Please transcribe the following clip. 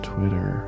Twitter